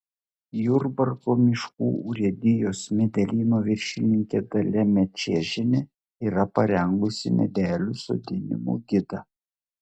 jurbarko miškų urėdijos medelyno viršininkė dalia mačiežienė yra parengusi medelių sodinimo gidą